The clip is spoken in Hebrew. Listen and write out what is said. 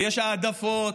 ויש העדפות,